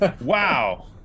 Wow